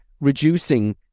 reducing